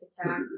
attack